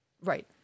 Right